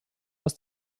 aus